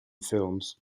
films